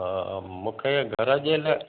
हा हा मूंखे घर जे लाइ